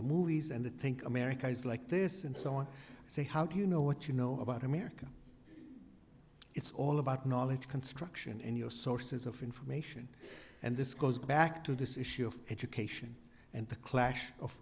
the movies and the think america is like this and so on say how do you know what you know about america it's all about knowledge construction and your sources of information and this goes back to this issue of education and the clash of